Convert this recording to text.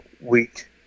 week